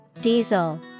Diesel